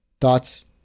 Thoughts